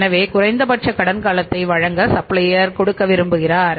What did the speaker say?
எனவே குறைந்தபட்ச கடன் காலத்தை வழங்க சப்ளையர் கொடுக்க விரும்புகிறார்